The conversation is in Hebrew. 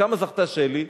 בכמה זכתה שלי?